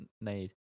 made